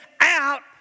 out